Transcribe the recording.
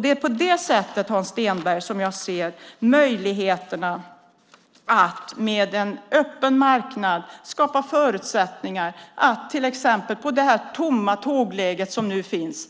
Det är på det sättet, Hans Stenberg, som jag ser möjligheterna att med en öppen marknad skapa förutsättningar till exempel i det tomläge som nu finns,